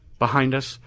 behind us,